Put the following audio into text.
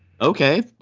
Okay